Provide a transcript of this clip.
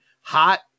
hot